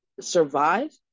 survive